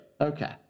Okay